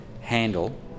handle